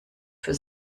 für